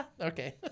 Okay